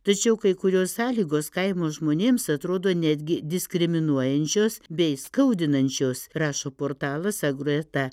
tačiau kai kurios sąlygos kaimo žmonėms atrodo netgi diskriminuojančios bei skaudinančios rašo portalas agro et